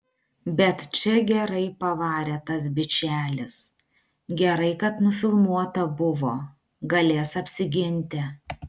bet čia gerai pavarė tas bičelis gerai kad nufilmuota buvo galės apsiginti